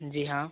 जी हाँ